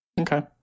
okay